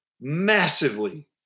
massively